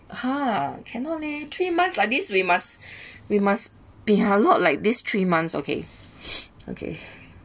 ha cannot leh three months like this we must we must we are not like this three months okay okay